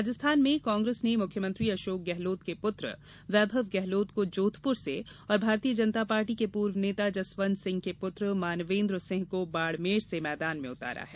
राजस्थान में कांग्रेस ने मुख्यमंत्री अशोक गहलोत के पुत्र वैभव गहलोत को जोधपुर से और भारतीय जनता पार्टी के पूर्व नेता जसवंत सिंह के पुत्र मानवेन्द्र सिंह को बाड़मेर से मैदान में उतारा है